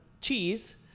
cheese